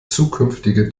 zukünftige